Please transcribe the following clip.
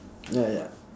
ya ya